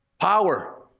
Power